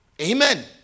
Amen